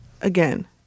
Again